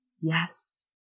Yes